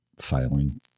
filing